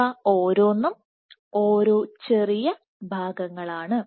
ഇവ ഓരോന്നും ഓരോ ചെറിയ ഭാഗങ്ങളാണ്